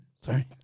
Sorry